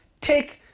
take